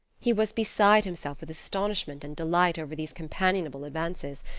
he was beside himself with astonishment and delight over these companionable advances,